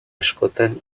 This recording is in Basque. askotan